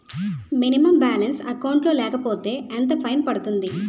Minimum balance account లో లేకపోతే ఎంత ఫైన్ పడుతుంది?